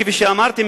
כפי שאמרתי,